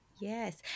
Yes